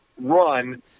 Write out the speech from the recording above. run